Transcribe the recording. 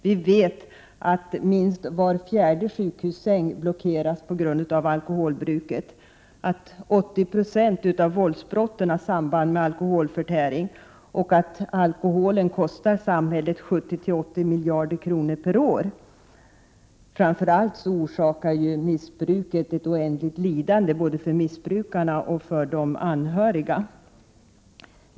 Vi vet att minst var fjärde sjukhussäng blockeras på grund av alkoholbruket. 80 90 av våldsbrotten har samband med alkoholförtäring, och alkoholen kostar samhället 70-80 miljarder kronor per år. Framför allt orsakar missbruket ett oändligt lidande både för missbrukaren och för de anhöriga.